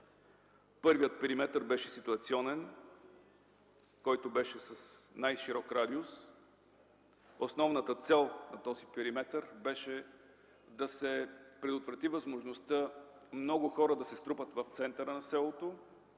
Първият периметър беше ситуационен и с най-широк радиус. Основната цел на този периметър беше да се предотврати възможността много хора да се струпат в центъра на селото